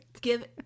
give